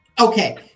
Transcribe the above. Okay